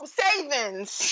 savings